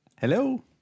Hello